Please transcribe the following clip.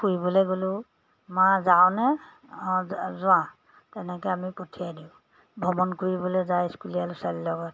ফুৰিবলৈ গ'লেও মা যাওঁনে অঁ যোৱা তেনেকৈ আমি পঠিয়াই দিওঁ ভ্ৰমণ কৰিবলৈ যায় স্কুলীয়া ল'ৰা ছোৱালীৰ লগত